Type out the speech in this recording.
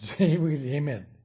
Amen